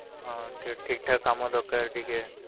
ହଁ ଠିକ୍ ଠାକ୍ କାମ ଦରକାର ଟିକେ